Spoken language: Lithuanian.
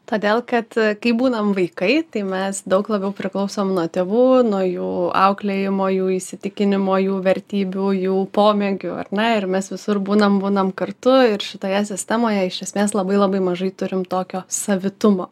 todėl kad kai būnam vaikai tai mes daug labiau priklausom nuo tėvų nuo jų auklėjimo jų įsitikinimo jų vertybių jų pomėgių ar ne ir mes visur būnam būnam kartu ir šitoje sistemoje iš esmės labai labai mažai turim tokio savitumo